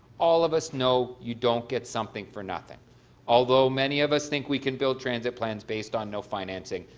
all of us know you don't get something for nothing although many of us think we can build transit plans based on no financing,